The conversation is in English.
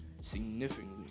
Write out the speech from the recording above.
Significantly